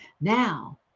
Now